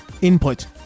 input